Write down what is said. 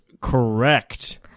correct